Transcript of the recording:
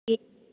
ठीक